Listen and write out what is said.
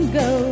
go